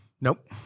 nope